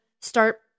start